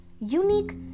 unique